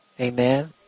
Amen